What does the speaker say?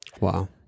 wow